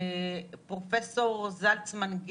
פרופ' גיל זלצמן,